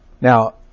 Now